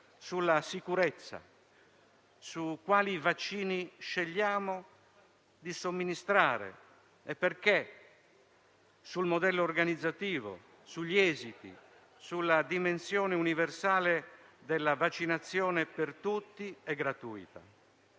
sulla sicurezza, su quali vaccini scegliamo di somministrare e perché, sul modello organizzativo, sugli esiti, sulla dimensione universale della vaccinazione per tutti e gratuita.